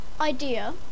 Idea